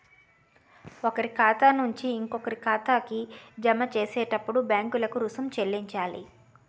ఒకరి ఖాతా నుంచి ఇంకొకరి ఖాతాకి జమ చేసేటప్పుడు బ్యాంకులకు రుసుం చెల్లించాలి